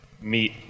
meet